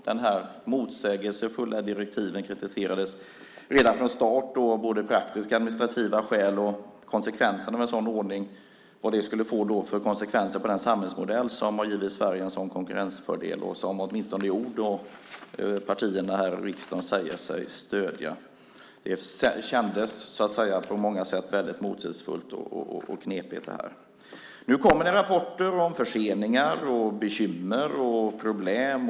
De motsägelsefulla direktiven kritiserades redan från start av praktiska och administrativa skäl och för vilka konsekvenser det skulle få på den samhällsmodell som givit Sverige en sådan konkurrensfördel som partierna här i riksdagen åtminstone i ord säger sig stödja. Det kändes på många sätt motsägelsefullt och knepigt. Nu kommer det rapporter om förseningar, bekymmer och problem.